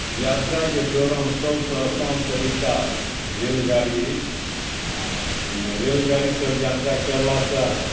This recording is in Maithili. यात्राके दोरान सभसँ असान तरीका रेलगाड़ी अछि आ रेलगाड़ीसँ यात्रा केलासँ